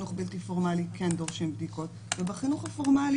בחינוך בלתי פורמלי כן דורשים בדיקות ובחינוך הפורמלי